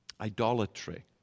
Idolatry